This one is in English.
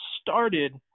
started